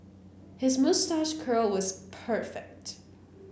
his moustache curl is perfect